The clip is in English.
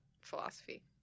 philosophy